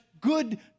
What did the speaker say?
good